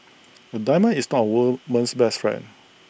A diamond is not woman's best friend